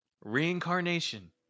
Reincarnation